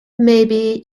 maybe